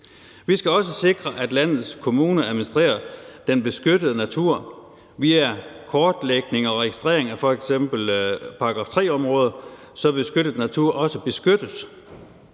Vi skal også sikre, at landets kommuner administrerer den beskyttede natur via kortlægning og registrering af f.eks. § 3-områder, så beskyttet natur også faktisk